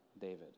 David